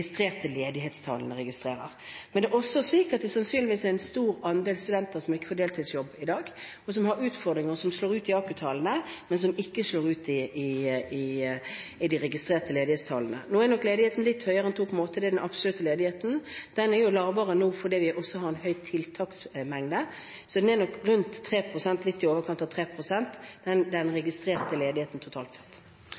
ledighetstallene viser. Men det er også slik at det sannsynligvis er en stor andel studenter som i dag ikke får deltidsjobb, og som har utfordringer, som slår ut i AKU-tallene, men som ikke slår ut i de registrerte ledighetstallene. Nå er nok ledigheten litt høyere enn 2,8 pst. Det er den absolutte ledigheten, og den er jo lavere nå fordi vi har en høy andel på tiltak. Så den registrerte ledigheten totalt sett er nok litt i overkant av